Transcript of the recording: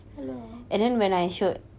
oh